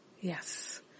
Yes